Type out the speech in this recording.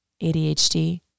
ADHD